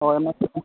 हय